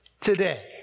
today